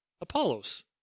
Apollos